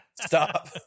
Stop